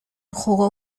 enjugó